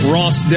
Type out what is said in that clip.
Ross